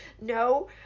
no